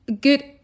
good